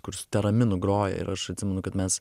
kur su teraminu groja ir aš atsimenu kad mes